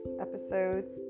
Episodes